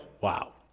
wow